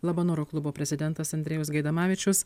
labanoro klubo prezidentas andrejus gaidamavičius